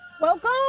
Welcome